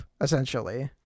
essentially